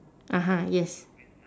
(uh huh) yes